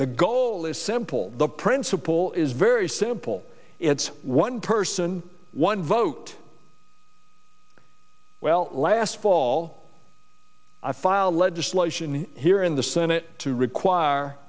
the goal is simple the principle is very simple it's one person one vote well last fall i filed legislation here in the senate to require